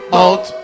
out